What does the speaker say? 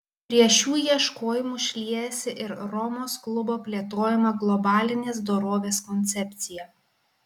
prie šių ieškojimų šliejasi ir romos klubo plėtojama globalinės dorovės koncepcija